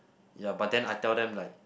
ya but then I tell them like